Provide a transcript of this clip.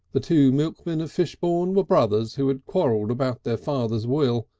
the two milkmen of fishbourne were brothers who had quarrelled about their father's will,